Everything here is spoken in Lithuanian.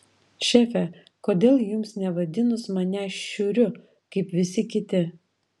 šefe kodėl jums nevadinus manęs šiuriu kaip visi kiti